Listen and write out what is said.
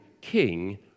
king